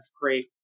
great